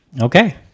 Okay